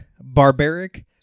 Barbaric